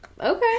Okay